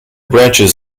branches